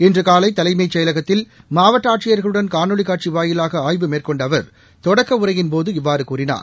இன்றுகாலைதலைமைச் செயலகத்தில்மாவட்டஆட்சியர்களுடன் காணொலிகாட்சிவாயிலாகஆய்வு மேற்கொண்டஅவர் தொடக்கஉரையின்போது இவ்வாறுகூறினார்